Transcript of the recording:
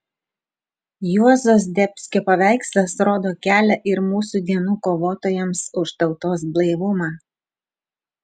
juozo zdebskio paveikslas rodo kelią ir mūsų dienų kovotojams už tautos blaivumą